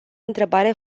întrebare